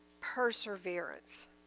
perseverance